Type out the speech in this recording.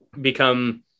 become